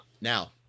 Now